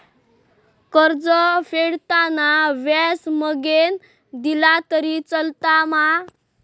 कर्ज फेडताना व्याज मगेन दिला तरी चलात मा?